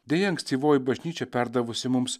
deja ankstyvoji bažnyčia perdavusi mums